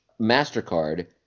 MasterCard